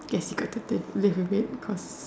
guess you got to dip live with it cause